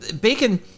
bacon